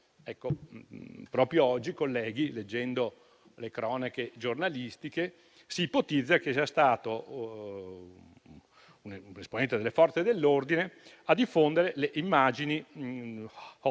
Proprio oggi, colleghi, leggendo le cronache giornalistiche, si ipotizza che sia stato un esponente delle Forze dell'ordine a diffondere le immagini *hot*